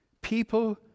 people